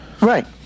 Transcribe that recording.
Right